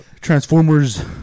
Transformers